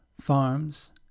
farms